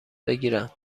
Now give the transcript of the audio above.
بگیرم